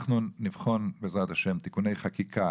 אנחנו נבחן, בעזרת השם, תיקוני חקיקה.